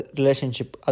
relationship